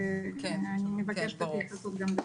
ואני מבקשת התייחסות גם לזה.